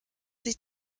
sich